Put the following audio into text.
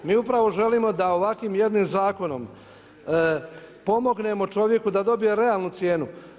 Mi upravo želimo da ovakvim jednim zakonom pomognemo čovjeku da dobije realnu cijenu.